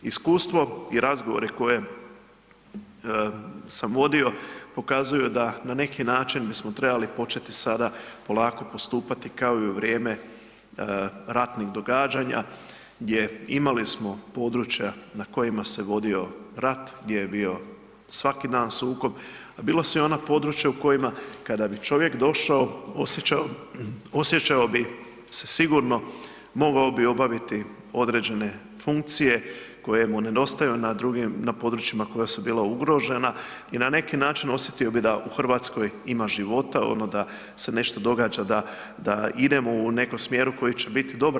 Iskustvo i razgovori koje sam vodio pokazuju da na neki način bismo trebali početi sada polako postupati kao i u vrijeme ratnih događanja, gdje imali smo područja na kojima se vodio rat, gdje je bio svaki dan sukob, a bila su i ona područja u kojima kada bi čovjek došao osjećao bi se sigurno, mogao bi obaviti određene funkcije koje mu nedostaju na drugim, na područjima koja su bila ugrožena i na neki način osjetio bi da u Hrvatskoj ima života ono da se nešto događa, da idemo u nekom smjeru koji će biti dobar.